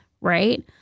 Right